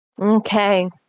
Okay